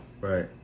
Right